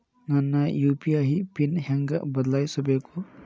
ನನ್ನ UPI PIN ಹೆಂಗ್ ಬದ್ಲಾಯಿಸ್ಬೇಕು?